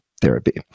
therapy